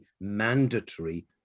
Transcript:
mandatory